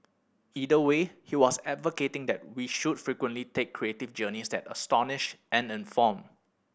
either way he was advocating that we should frequently take creative journeys that astonish and inform